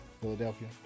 Philadelphia